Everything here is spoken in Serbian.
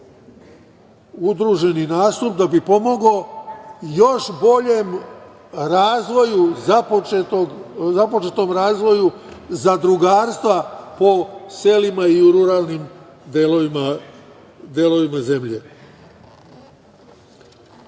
udruženi nastup da bi pomogao još boljem razvoju, započetom razvoju, zadrugarstva po selima i u ruralnim delovima zemlje. Znači,